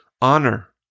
honor